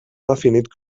definit